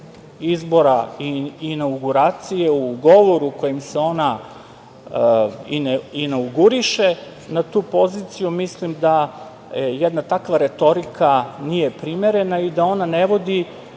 izbora i inauguracije u govoru u kome se ona i inauguriše na tu poziciju, mislim da jedna ta6kva retorika nije primerena i da ona ne vodi